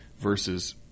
versus